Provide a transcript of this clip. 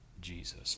Jesus